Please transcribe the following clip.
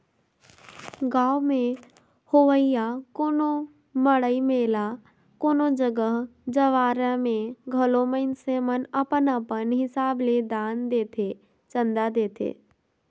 गाँव में होवइया कोनो मड़ई मेला कोनो जग जंवारा में घलो मइनसे मन अपन अपन हिसाब ले दान देथे, चंदा देथे